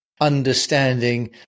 understanding